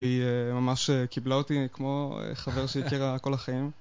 היא אה... ממש קיבלה אותי כמו חבר שהיא הכירה כל החיים